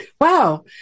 Wow